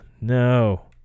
no